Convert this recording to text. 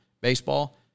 Baseball